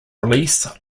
release